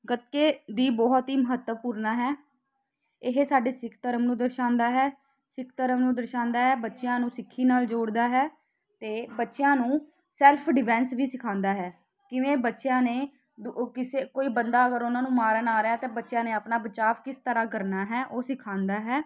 ਗੱਤਕੇ ਦੀ ਬਹੁਤ ਹੀ ਮਹੱਤਵਪੂਰਨ ਹੈ ਇਹ ਸਾਡੇ ਸਿੱਖ ਧਰਮ ਨੂੰ ਦਰਸਾਉਂਦਾ ਹੈ ਸਿੱਖ ਧਰਮ ਨੂੰ ਦਰਸਾਉਂਦਾ ਹੈ ਬੱਚਿਆਂ ਨੂੰ ਸਿੱਖੀ ਨਾਲ ਜੋੜਦਾ ਹੈ ਅਤੇ ਬੱਚਿਆਂ ਨੂੰ ਸੈਲਫ ਡਿਵੈਂਸ ਵੀ ਸਿਖਾਉਂਦਾ ਹੈ ਕਿਵੇਂ ਬੱਚਿਆਂ ਨੇ ਦੁ ਕਿਸੇ ਕੋਈ ਬੰਦਾ ਅਗਰ ਉਹਨਾਂ ਨੂੰ ਮਾਰਨ ਆ ਰਿਹਾ ਤਾਂ ਬੱਚਿਆਂ ਨੇ ਆਪਣਾ ਬਚਾਅ ਕਿਸ ਤਰ੍ਹਾਂ ਕਰਨਾ ਹੈ ਉਹ ਸਿਖਾਉਂਦਾ ਹੈ